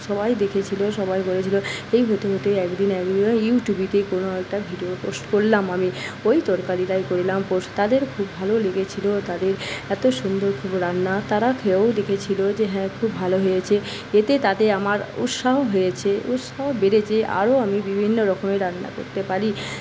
সবাই দেখেছিল সবাই বলেছিল এই হতে হতেই একদিন একদিন ইউটিউবে কোন একটা ভিডিও পোস্ট করলাম আমি ওই তরকারিটাই করিলাম পোস্ট তাদের খুব ভালো লেগেছিল তাদের এত সুন্দর কোন রান্না তারা খেয়েও দেখেছিল যে হ্যাঁ খুব ভালো হয়েছে এতে তাতে আমার উৎসাহ হয়েছে উৎসাহ বেড়েছে আরও আমি বিভিন্নরকমের রান্না করতে পারি